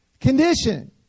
Condition